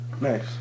Nice